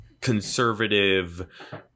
conservative